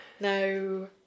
No